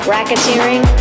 Racketeering